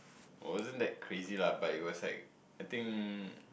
wasn't that crazy lah but it was like I think